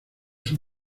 sus